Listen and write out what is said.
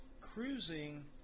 cruising